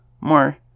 More